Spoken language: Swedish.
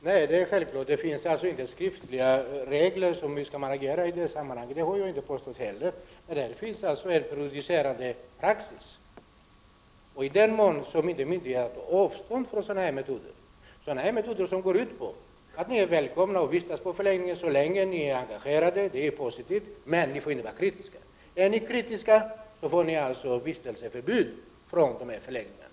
Herr talman! Nej, det är riktigt att det inte finns några skriftliga regler för hur man skall agera i det här sammanhanget. Det har jag heller inte påstått. Men det finns en prejudicerande praxis. I den mån myndigheterna inte tar avstånd från sådana metoder blir de praxis. De går ut på följande: Ni är välkomna att vistas på förläggningarna så länge som ni är engagerade, och det är positivt, men ni får inte vara kritiska. Är ni kritiska får ni vistelseförbud på de här förläggningarna.